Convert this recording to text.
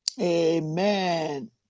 Amen